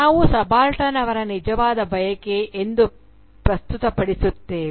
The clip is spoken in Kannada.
ನಾವು ಸಬಾಲ್ಟರ್ನ್ ಅವರ ನಿಜವಾದ ಬಯಕೆ ಎಂದು ಪ್ರಸ್ತುತಪಡಿಸುತ್ತೇವೆ